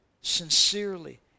sincerely